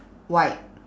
white